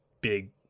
big